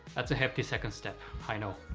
that's a hefty second step, i know.